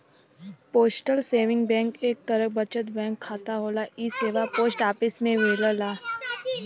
postal saving bank एक तरे बचत बैंक खाता होला इ सेवा पोस्ट ऑफिस में मिलला